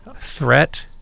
threat